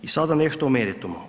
I sada nešto o meritumu.